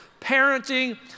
parenting